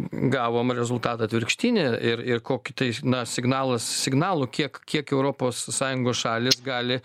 gavom rezultatą atvirkštinį ir ir kokį tai na signalas signalų kiek kiek europos sąjungos šalys gali